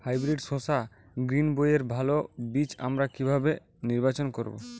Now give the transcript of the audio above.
Hybrid শসা গ্রীনবইয়ের ভালো বীজ আমরা কিভাবে নির্বাচন করব?